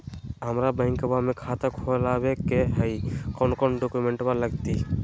हमरा बैंकवा मे खाता खोलाबे के हई कौन कौन डॉक्यूमेंटवा लगती?